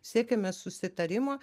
siekiame susitarimo